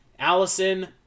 Allison